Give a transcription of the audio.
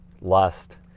lust